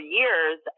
years